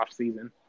offseason